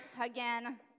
again